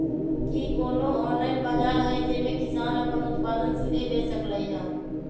कि कोनो ऑनलाइन बाजार हइ जे में किसान अपन उत्पादन सीधे बेच सकलई ह?